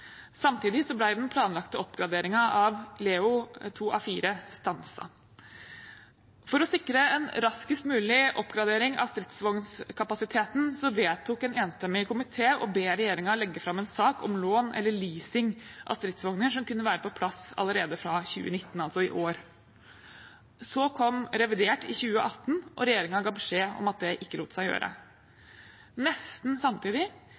Samtidig ble den planlagte oppgraderingen av Leo 2A4 stanset. For å sikre en raskest mulig oppgradering av stridsvognkapasiteten vedtok en enstemmig komité å be regjeringen legge fram en sak om lån eller leasing av stridsvogner som kunne være på plass allerede fra 2019, altså i år. Så kom revidert i 2018, og regjeringen ga beskjed om at det ikke lot seg gjøre. Nesten samtidig